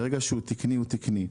ברגע שהוא תקני, הוא תקני.